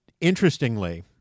Interestingly